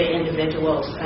individual's